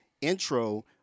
intro